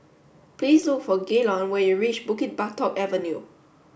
please look for Gaylon when you reach Bukit Batok Avenue